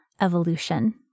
evolution